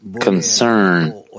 concern